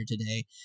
today